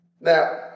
Now